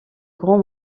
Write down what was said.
grand